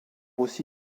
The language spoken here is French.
aussi